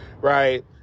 Right